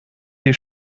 die